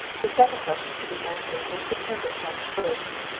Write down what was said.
the second question to be answered was dependent on the first.